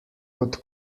kot